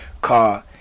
Car